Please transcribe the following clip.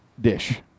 dish